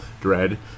dread